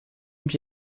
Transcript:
mich